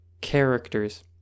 characters